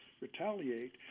retaliate